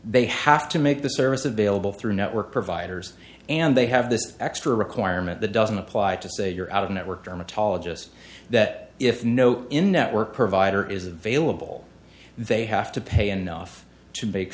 they have to make the service available through network providers and they have this extra requirement that doesn't apply to say your out of network dermatologist that if no in network provider is available they have to pay enough to make